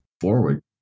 forward